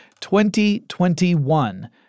2021